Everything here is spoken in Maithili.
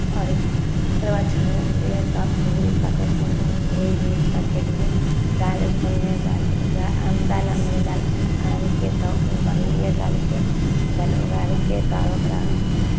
आओर तरुआ छानि कऽ रखलियै तब पूरी पकबैके मोन भेलै तऽ पूरी भी पकेलियै दालि उसनलियै दालि उबा आन दालि अनलियै दालि आनि कऽ तब उबाललियै दालिकेँ दालि उबालि कऽ तब ओकरा